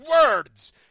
words